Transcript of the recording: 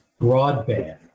broadband